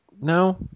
No